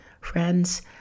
Friends